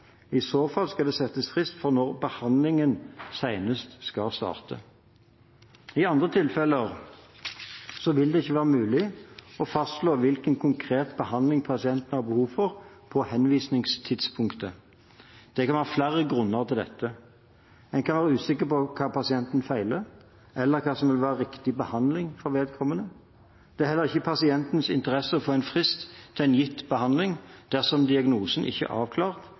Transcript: I så fall skal det settes frist for når behandlingen senest skal starte. I andre tilfeller vil det ikke være mulig å fastslå hvilken konkret behandling pasienten har behov for på henvisningstidspunktet. Det kan være flere grunner til dette. En kan være usikker på hva som feiler pasienten, eller hva som vil være riktig behandling for vedkommende. Det er heller ikke i pasientens interesse å få en frist til en gitt behandling dersom diagnosen ikke er avklart,